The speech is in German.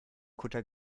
kutter